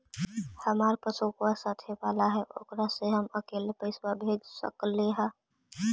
हमार पासबुकवा साथे वाला है ओकरा से हम अकेले पैसावा भेज सकलेहा?